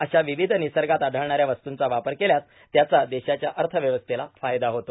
अशा र्वावध र्निसगात आढळणाऱ्या वस्तूचा वापर केल्यास त्याचा देशाच्या अथव्यवस्थेला फायदा होतो